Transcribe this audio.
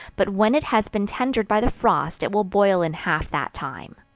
but when it has been tendered by the frost, it will boil in half that time.